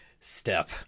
step